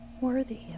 worthy